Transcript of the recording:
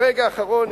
ברגע האחרון,